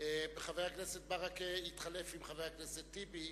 חבר הכנסת ברכה התחלף עם חבר הכנסת טיבי,